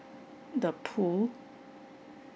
the pool